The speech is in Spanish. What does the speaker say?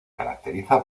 caracteriza